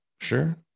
sure